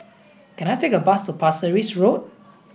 can I take a bus to Pasir Ris Road